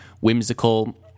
whimsical